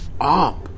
up